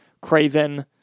Craven